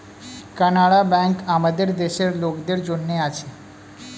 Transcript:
Canara bank আমাদের দেশের লোকদের জন্যে আছে